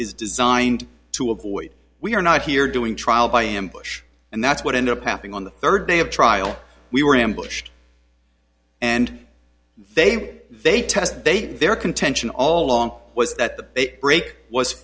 is designed to avoid we are not here doing trial by ambush and that's what end up happening on the third day of trial we were ambushed and they way they test they their contention all along was that the brake was